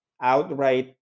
outright